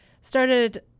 started